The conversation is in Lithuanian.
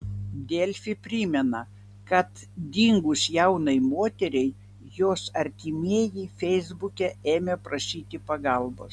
delfi primena kad dingus jaunai moteriai jos artimieji feisbuke ėmė prašyti pagalbos